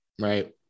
Right